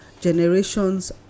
generations